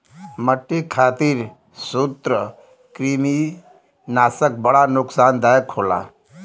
मट्टी खातिर सूत्रकृमिनाशक बड़ा नुकसानदायक होला